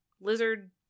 lizard